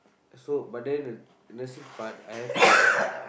so but then nursing part I have to